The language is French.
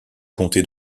comté